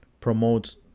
promotes